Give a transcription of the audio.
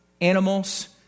animals